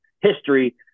history